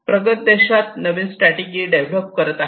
प्रगत देश नवीन स्ट्रॅटेजी डेव्हलप करत आहे